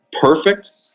perfect